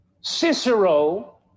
Cicero